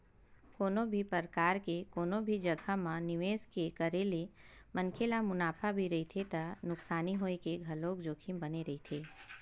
कोनो भी परकार के कोनो भी जघा म निवेस के करे ले मनखे ल मुनाफा भी रहिथे त नुकसानी होय के घलोक जोखिम बने रहिथे